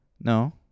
No